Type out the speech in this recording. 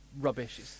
rubbish